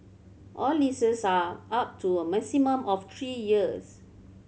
all leases are up to a maximum of three years